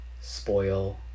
spoil